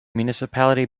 municipality